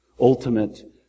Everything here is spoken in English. ultimate